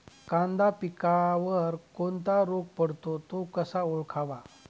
कांदा पिकावर कोणता रोग पडतो? तो कसा ओळखावा?